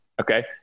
Okay